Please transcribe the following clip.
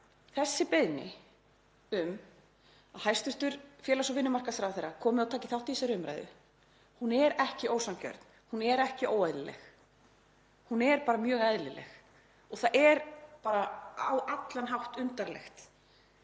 Þessi beiðni um að hæstv. félags- og vinnumarkaðsráðherra komi og taki þátt í þessari umræðu er ekki ósanngjörn, hún er ekki óeðlileg, hún er bara mjög eðlileg. Það er á allan hátt undarlegt